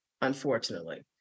unfortunately